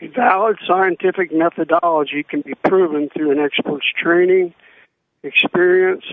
a valid scientific methodology can be proven through an expert straining experience